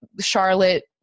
Charlotte